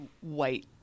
white